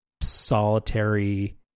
solitary